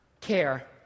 care